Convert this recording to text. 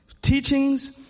Teachings